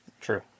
True